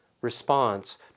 response